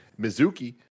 Mizuki